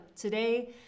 today